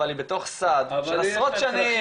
אבל היא בתוך סל של עשרות שנים.